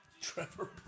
Trevor